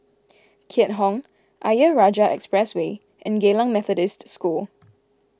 Keat Hong Ayer Rajah Expressway and Geylang Methodist School